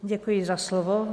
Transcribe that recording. Děkuji za slovo.